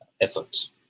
efforts